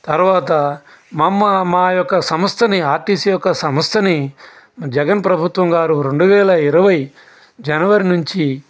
తరువాత మమ్ము మా యొక్క సంస్థని ఆర్టీసీ యొక్క సంస్థని జగన్ ప్రభుత్వం గారు రెండువేల ఇరవై జనవరి నుంచి